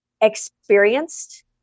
experienced